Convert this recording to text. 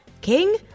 King